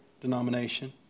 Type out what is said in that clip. denomination